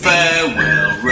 Farewell